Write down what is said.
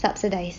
subsidised